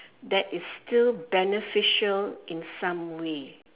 that is still beneficial in some way